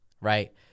right